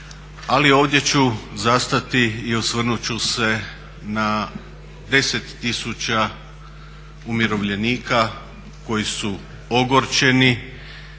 ali ovdje ću zastati i osvrnut ću se na 10 000 umirovljenika koji su ogorčeni,